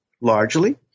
largely